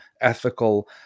ethical